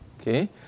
okay